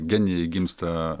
genijai gimsta